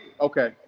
Okay